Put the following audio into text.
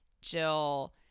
Jill